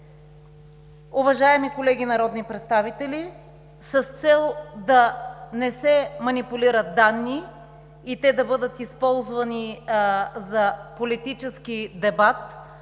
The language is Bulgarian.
Уважаеми колеги народни представители, с цел да не се манипулират данни и те да бъдат използвани за политически дебат,